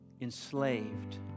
enslaved